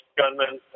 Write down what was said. gunmen